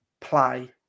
play